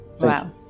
Wow